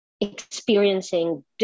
experiencing